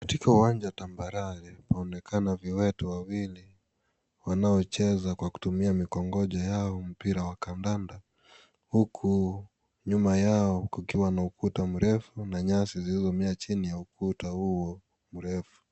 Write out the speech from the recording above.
Katika uwanja tambarare kunaonekana viwete wawili wanaocheza kwa kutumia mkongojo yao mpira wa kandanda huku nyuma yao kukiwa na ukuta mrefu na nyasi zilizomea chini ya ukuta huo mrefu.